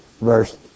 Verse